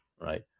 right